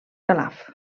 calaf